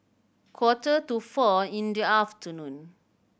quarter to four in the afternoon